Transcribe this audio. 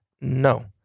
no